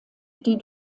die